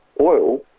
oil